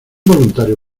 voluntario